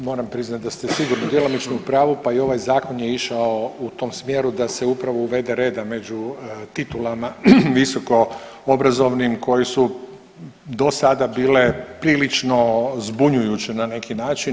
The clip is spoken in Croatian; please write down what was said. Opet moram priznat da ste sigurno djelomično u pravu, pa i ovaj zakon je išao u tom smjeru da se upravo uvede reda među titulama visoko obrazovnim koji su do sada bile prilično zbunjujuće na neki način.